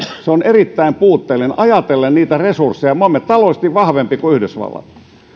se on erittäin puutteellinen ajatellen niitä resursseja me olemme taloudellisesti vahvempi kuin yhdysvallat